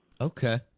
Okay